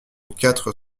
quatre